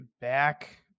back